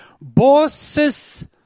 bosses